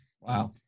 Wow